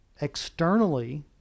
externally